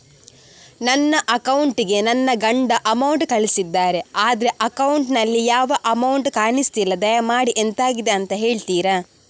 ನನ್ನ ಅಕೌಂಟ್ ಗೆ ನನ್ನ ಗಂಡ ಅಮೌಂಟ್ ಕಳ್ಸಿದ್ದಾರೆ ಆದ್ರೆ ಅಕೌಂಟ್ ನಲ್ಲಿ ಯಾವ ಅಮೌಂಟ್ ಕಾಣಿಸ್ತಿಲ್ಲ ದಯಮಾಡಿ ಎಂತಾಗಿದೆ ಅಂತ ಹೇಳ್ತೀರಾ?